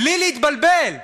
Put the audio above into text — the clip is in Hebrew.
בלי להתבלבל,